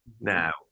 now